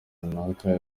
runaka